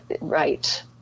Right